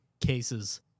cases